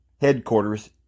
headquarters